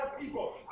people